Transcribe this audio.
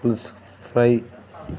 పులుసు ఫ్రై